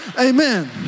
Amen